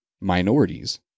minorities